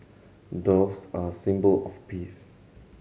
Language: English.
doves are symbol of peace